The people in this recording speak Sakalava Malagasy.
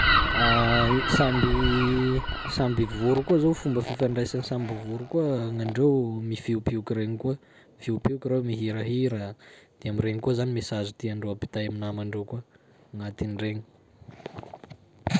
Samby- samby voro koa zao fomba fifandraisan'ny samby voro koa gn'andreo mifiopioka regny koa, mifiopioka reo mihirahira de am'regny koa zany message tiandreo ampitay amy namandreo koa agnatin'iregny.